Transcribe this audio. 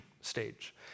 stage